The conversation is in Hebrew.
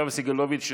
יואב סגלוביץ',